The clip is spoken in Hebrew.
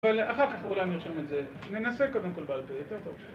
אבל אחר כך אולי נרשום את זה, ננסה קודם כל בעל פה יותר טוב.